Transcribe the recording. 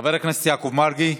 חבר הכנסת יעקב מרגי,